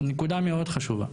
נקודה מאוד חשובה.